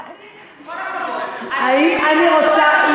עם כל הכבוד, הסינים,